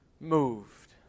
moved